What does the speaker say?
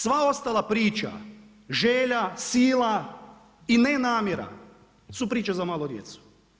Sva ostala priča, želja, sila i ne namjera su priča za malu djecu.